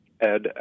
Ed